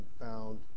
found